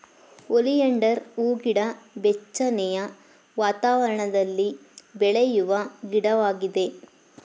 oleander ಹೂಗಿಡ ಬೆಚ್ಚನೆಯ ವಾತಾವರಣದಲ್ಲಿ ಬೆಳೆಯುವ ಗಿಡವಾಗಿದೆ